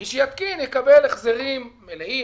מי שיתקין יקבל החזרים מלאים,